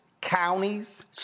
counties